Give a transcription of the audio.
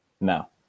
No